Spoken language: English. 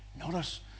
Notice